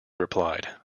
replied